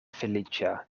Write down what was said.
feliĉa